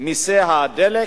בגלל מסי הדלק.